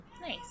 nice